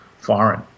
Foreign